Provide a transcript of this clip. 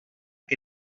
què